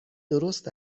درست